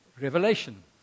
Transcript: Revelation